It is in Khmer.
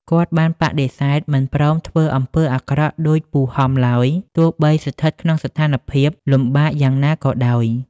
គាត់បានបដិសេធមិនព្រមធ្វើអំពើអាក្រក់ដូចពូហំឡើយ ទោះបីស្ថិតក្នុងស្ថានភាពលំបាកយ៉ាងណាក៏ដោយ។